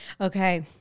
Okay